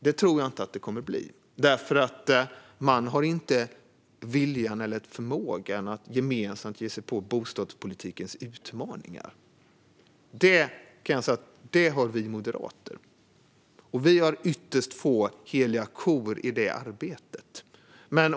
Jag tror inte det, för man har inte viljan eller förmågan att gemensamt ge sig på bostadspolitikens utmaningar. Det har vi moderater, och vi har ytterst få heliga kor i det arbetet.